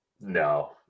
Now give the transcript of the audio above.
no